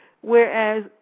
whereas